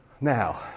Now